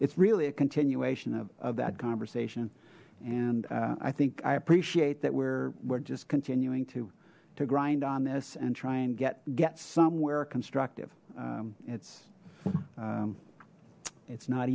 it's really a continuation of that conversation and i think i appreciate that we're we're just continuing to to grind on this and try and get get somewhere constructive it's it's not